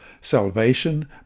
Salvation